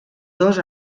dos